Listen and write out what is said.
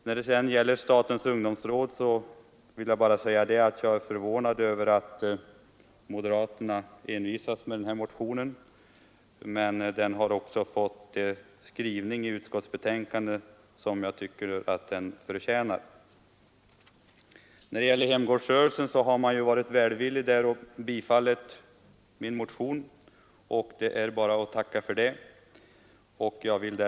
När det gäller statens ungdomsråd är jag förvånad över att moderaterna envisas med den här motionen. Men motionen har fått den skrivning i utskottsbetänkandet som jag tycker att den förtjänar. I fråga om hemgårdsrörelsen har utskottet varit välvilligt och tillstyrkt min motion. Det är bara att tacka för det! Herr talman!